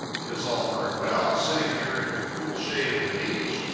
it is all very well, sitting here in cool shade of the beach,